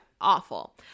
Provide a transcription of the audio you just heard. awful